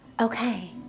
okay